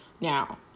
Now